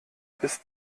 bis